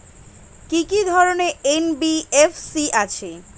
কি কি ধরনের এন.বি.এফ.সি আছে?